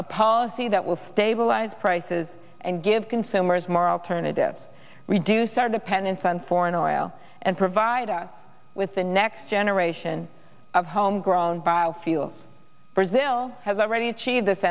a policy that will stabilize prices and give consumers more alternatives reduce our dependence on foreign oil and provide us with the next generation of homegrown biofuels brazil has already achieved this